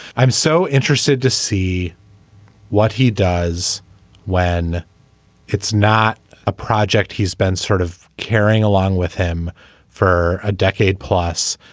i'm so interested to see what he does when it's not a project. he's been sort of carrying along with him for a decade plus.